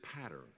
pattern